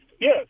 Yes